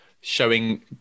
showing